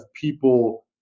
people